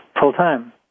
full-time